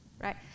right